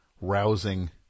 rousing